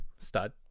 stud